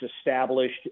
established